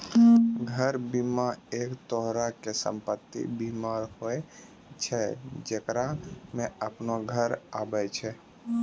घर बीमा, एक तरहो के सम्पति बीमा होय छै जेकरा मे अपनो घर आबै छै